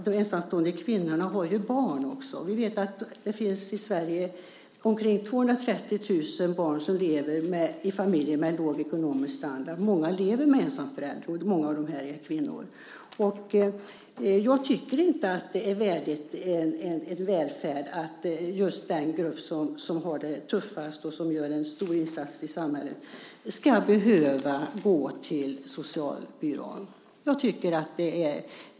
De ensamstående kvinnorna har barn. Det finns omkring 230 000 barn i Sverige som lever i familjer med låg ekonomisk standard. Många lever med en ensamförälder, och många av dem är kvinnor. Det är inte värdigt ett välfärdssamhälle att den grupp som har det tuffast och gör en stor insats i samhället ska behöva gå till socialbyrån.